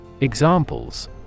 Examples